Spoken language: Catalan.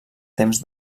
temps